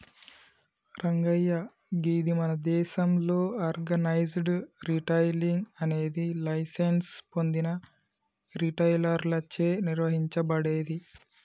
రంగయ్య గీది మన దేసంలో ఆర్గనైజ్డ్ రిటైలింగ్ అనేది లైసెన్స్ పొందిన రిటైలర్లచే నిర్వహించబడేది